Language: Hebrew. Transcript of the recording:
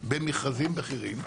שבמכרזים בכירים,